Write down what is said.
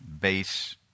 base